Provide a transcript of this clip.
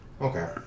Okay